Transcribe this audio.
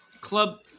club